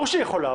ברור שהיא יכולה.